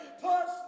plus